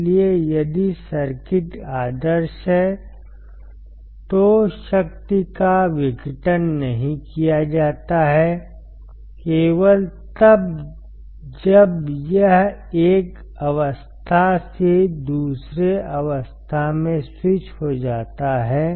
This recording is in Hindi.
इसलिए यदि सर्किट आदर्श है तो शक्ति का विघटन नहीं किया जाता है केवल तब जब यह एक अवस्था से दूसरे अवस्था में स्विच हो जाता है